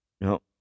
no